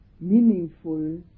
meaningful